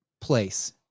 place